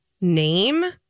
name